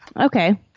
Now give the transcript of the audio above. Okay